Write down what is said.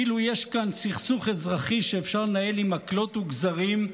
כאילו יש כאן סכסוך אזרחי שאפשר לנהל עם מקלות וגזרים,